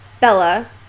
Bella